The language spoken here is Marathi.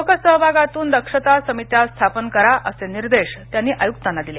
लोकसहभागातून दक्षता समित्या स्थापन करा असे निर्देश त्यांनी आयुक्तांना दिले